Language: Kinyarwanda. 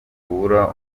kubura